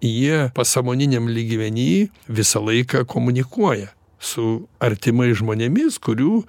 jie pasąmoniniam lygmeny visą laiką komunikuoja su artimais žmonėmis kurių